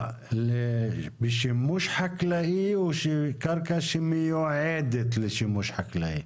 בשימוש חקלאי או קרקע שמיועדת לשימוש חקלאי?